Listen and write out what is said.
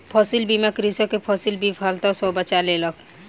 फसील बीमा कृषक के फसील विफलता सॅ बचा लेलक